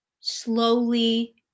slowly